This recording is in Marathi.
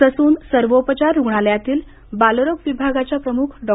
ससून सर्वोपचार रुग्णालयातील बालरोग विभागाच्या प्रमुख डॉ